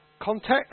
context